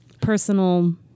personal